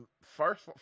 first